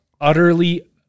utterly